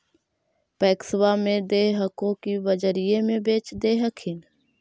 पैक्सबा मे दे हको की बजरिये मे बेच दे हखिन?